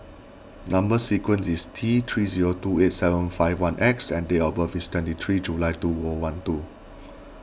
Number Sequence is T three zero two eight seven five one X and date of birth is twenty three July two O one two